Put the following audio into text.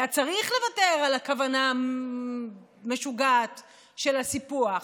היה צריך לוותר על הכוונה המשוגעת של הסיפוח,